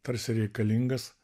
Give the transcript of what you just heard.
tarsi reikalingas